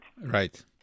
Right